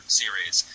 series